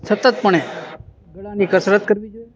સતતપણે ગળાની કસરત કરવી જોએ